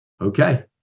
Okay